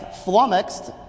flummoxed